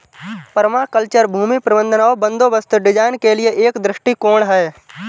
permaculture भूमि प्रबंधन और बंदोबस्त डिजाइन के लिए एक दृष्टिकोण है